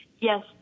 yes